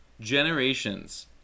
generations